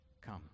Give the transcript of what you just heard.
come